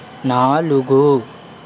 నాలుగు